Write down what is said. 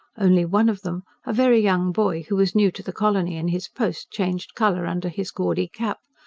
only one of them, a very young boy who was new to the colony and his post, changed colour under his gaudy cap,